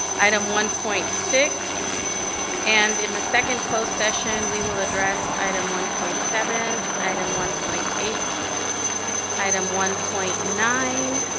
item one point six and in the second closed session we will address item one point seven item one point eight item one point nine